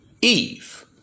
Eve